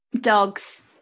Dogs